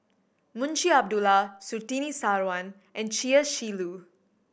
Munshi Abdullah Surtini Sarwan and Chia Shi Lu